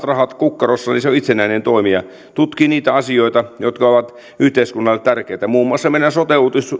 rahat kukkarossa on itsenäinen toimija tutkii niitä asioita jotka ovat yhteiskunnalle tärkeitä muun muassa meidän sote